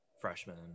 freshman